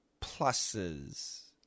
pluses